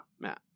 Matt